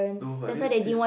no what this this